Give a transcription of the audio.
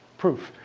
proof.